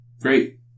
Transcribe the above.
great